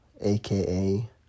aka